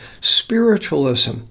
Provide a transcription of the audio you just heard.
Spiritualism